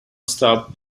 stop